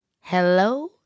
Hello